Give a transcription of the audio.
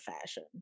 fashion